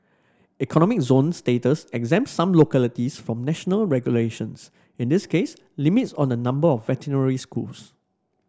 economic zone status exempts some localities from national regulations in this case limits on the number of veterinary schools